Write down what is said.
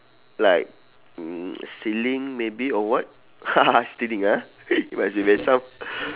like mm stealing maybe or what stealing ah reminds me of myself